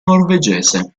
norvegese